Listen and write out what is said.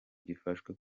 gifashwe